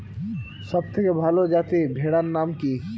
সবথেকে ভালো যাতে ভেড়ার নাম কি?